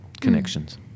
connections